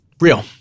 Real